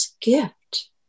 gift